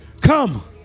come